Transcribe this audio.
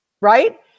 right